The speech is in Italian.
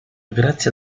grazia